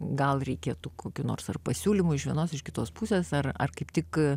gal reikėtų kokių nors ar pasiūlymų iš vienos iš kitos pusės ar ar kaip tik